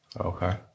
Okay